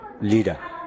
leader